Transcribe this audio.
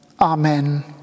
Amen